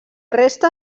resta